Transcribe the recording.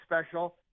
special